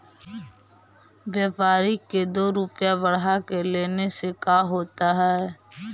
व्यापारिक के दो रूपया बढ़ा के लेने से का होता है?